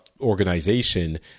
organization